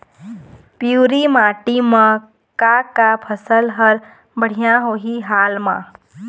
पिवरी माटी म का का फसल हर बढ़िया होही हाल मा?